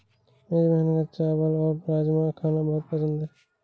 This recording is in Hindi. मेरी बहन को चावल और राजमा खाना बहुत पसंद है